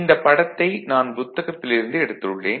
இந்தப் படத்தை நான் புத்தகத்தில் இருந்து எடுத்துள்ளேன்